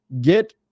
Get